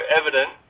evident